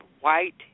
White